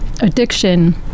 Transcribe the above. addiction